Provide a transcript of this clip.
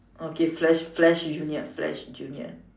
okay flash flash junior flash junior